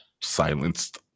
silenced